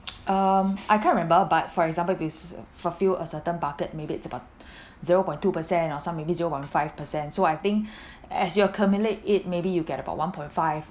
um I can't remember but for example if s~ fulfill a certain bucket maybe it's about zero point two per cent or some maybe zero one five percent so I think as you accumulate it maybe you get about one point five